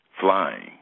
flying